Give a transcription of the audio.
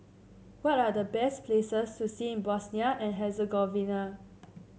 what are the best places to see in Bosnia and Herzegovina